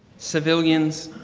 civilians,